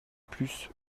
plus